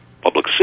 public